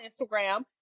Instagram